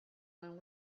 when